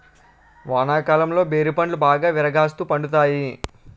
వానాకాలంలో బేరి పండ్లు బాగా విరాగాస్తు పండుతాయి